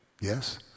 Yes